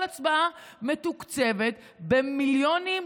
כל הצבעה מתוקצבת במיליונים,